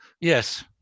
yes